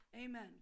amen